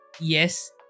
Yes